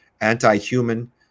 anti-human